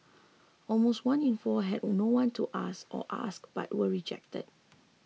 almost one in four had no one to ask or asked but were rejected